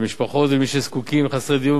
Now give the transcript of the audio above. למשפחות ולמי שזקוקים, חסרי דיור.